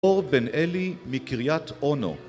אור בן אלי מקריית אונו